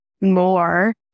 more